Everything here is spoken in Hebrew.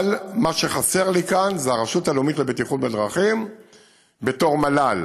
אבל מה שחסר לי כאן זה הרשות הלאומית לבטיחות בדרכים בתור מל"ל: